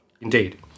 Indeed